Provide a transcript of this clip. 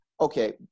Okay